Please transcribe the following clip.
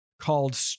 called